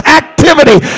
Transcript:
activity